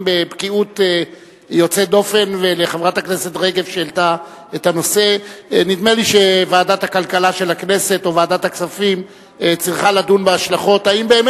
של כניסה לתחום ההתפלה בהיקפים ניכרים.